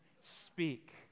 Speak